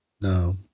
no